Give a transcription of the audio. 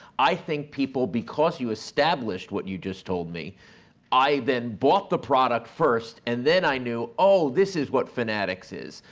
i think people, because you established what you just told me i then bought the product first and then i knew oh, this is what fanatics is.